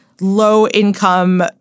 low-income